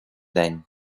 день